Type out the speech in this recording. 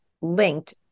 linked